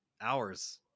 hours